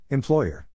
Employer